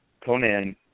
Conan